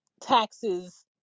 taxes